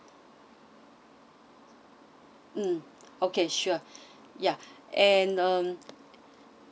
mm okay sure ya and um